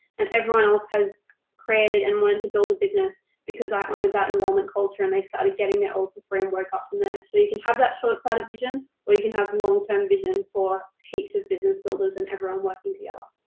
and everyone else has created and wanted to build a business because i honored that enrollment culture and they started getting their oils for free and worked up from there. so, you can have that short sighted vision or you can have long term vision for heaps of business builders and everyone working together.